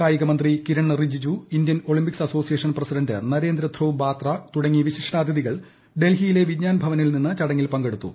കായികമന്ത്രി Kiran Rijiju Indian Olympics association president നരേന്ദ്രധ്രുവ് Batra തുടങ്ങി വിശിഷ്ടാതിഥികൾ ഡൽഹിയിലെ വിജ്ഞാൻ ഭവനിൽ നിന്ന് ചടങ്ങിൽ പങ്കെടുത്തു